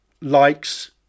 likes